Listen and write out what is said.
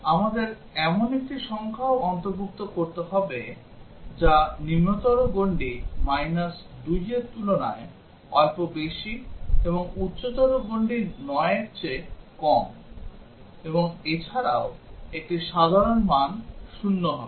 আমাদের এমন একটি সংখ্যাও অন্তর্ভুক্ত করতে হবে যা নিম্নতর গণ্ডি 2 র তুলনায় অল্প বেশি এবং উচ্চতর গণ্ডি 9 র চেয়ে কম এবং এছাড়াও একটি সাধারণ মান 0 হবে